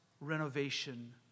renovation